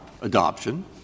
adoption